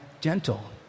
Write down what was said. gentle